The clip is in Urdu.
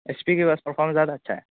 ایچ پی کے پرفارمنس زیادہ اچھا ہے